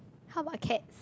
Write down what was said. how about cat